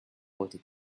baltic